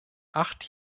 acht